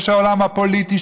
יש העולם הפוליטי,